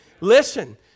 Listen